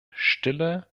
stille